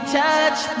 touch